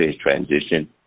transition